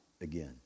again